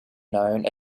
known